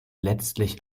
letztlich